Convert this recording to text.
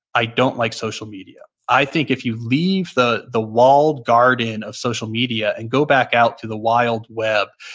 i don't like social media. i think if you leave the the walled garden of social media and go back out to the wild web,